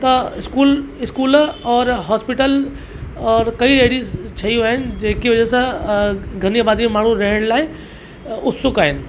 त school school और hospital और कई अहिड़ी शयूं आहिनि जेकी वजह सां घनी आबादी में माण्हू रहण लाइ उत्सुक आहिनि